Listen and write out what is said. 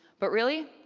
but really,